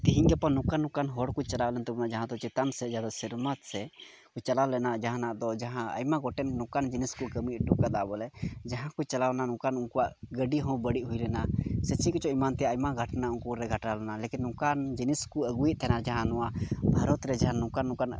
ᱛᱮᱦᱮᱧ ᱜᱟᱯᱟ ᱱᱚᱝᱠᱟᱱ ᱱᱝᱠᱟᱱ ᱦᱚᱲ ᱠᱚ ᱪᱟᱞᱟᱣ ᱞᱮᱱ ᱛᱟᱵᱚᱱᱟ ᱡᱟᱦᱟᱸ ᱫᱚ ᱪᱮᱛᱟᱱ ᱥᱮᱫ ᱥᱮᱨᱢᱟ ᱥᱮᱫ ᱠᱚ ᱪᱟᱞᱟᱣ ᱞᱮᱱᱟ ᱡᱟᱦᱟᱱᱟᱜ ᱫᱚ ᱡᱟᱦᱟᱸ ᱟᱭᱢᱟ ᱜᱚᱴᱮᱱ ᱱᱚᱝᱠᱟ ᱡᱤᱱᱤᱥ ᱠᱚ ᱠᱟᱹᱢᱤ ᱦᱚᱴᱚ ᱠᱟᱫᱟ ᱵᱚᱞᱮ ᱡᱟᱦᱟᱸ ᱠᱚ ᱪᱟᱞᱟᱣ ᱞᱮᱱᱟ ᱱᱚᱝᱠᱟᱱ ᱩᱱᱠᱩᱣᱟᱜ ᱜᱟᱹᱰᱤ ᱦᱚᱸ ᱵᱟᱹᱲᱤᱡ ᱦᱩᱭ ᱞᱮᱱᱟ ᱥᱮ ᱪᱮᱫ ᱠᱚᱪᱚᱜ ᱮᱢᱟᱱ ᱛᱮᱭᱟᱜ ᱟᱭᱢᱟ ᱜᱷᱚᱴᱱᱟ ᱩᱱᱠᱩᱨᱮ ᱜᱷᱚᱴᱟᱣ ᱞᱮᱱᱟ ᱞᱮᱠᱤᱱ ᱱᱚᱝᱠᱟᱱ ᱡᱤᱱᱤᱥ ᱠᱚ ᱟᱹᱜᱩᱮᱭᱫ ᱛᱟᱦᱮᱱᱟ ᱡᱟᱦᱟᱸ ᱱᱚᱣᱟ ᱵᱷᱟᱨᱚᱛ ᱨᱮ ᱡᱟᱦᱟᱸ ᱱᱚᱝᱠᱟᱱ ᱱᱚᱝᱠᱟᱱᱟᱜ